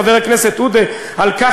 חבר הכנסת עודה,